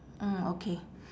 mm okay